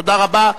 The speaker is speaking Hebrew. תודה רבה".